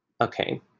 okay